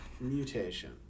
Mutation